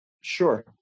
Sure